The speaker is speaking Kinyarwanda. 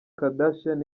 kardashian